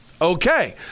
Okay